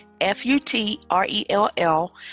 F-U-T-R-E-L-L